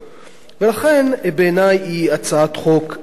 ולכן היא בעיני הצעת חוק פסולה.